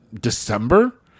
December